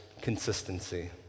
consistency